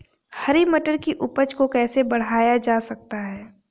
हरी मटर की उपज को कैसे बढ़ाया जा सकता है?